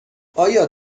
آیا